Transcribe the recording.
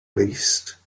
least